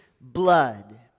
blood